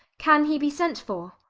can he be sent for?